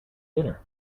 dinner